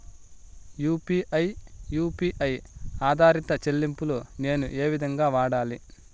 UPI U P I ఆధారిత చెల్లింపులు నేను ఏ విధంగా వాడాలి?